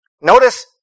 Notice